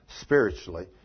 Spiritually